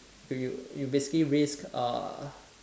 you you you basically risk uh